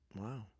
wow